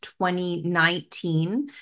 2019